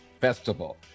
festival